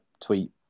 tweet